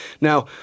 Now